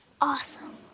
awesome